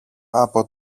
από